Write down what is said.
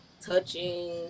touching